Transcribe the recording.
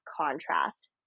contrast